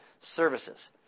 services